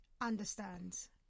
understands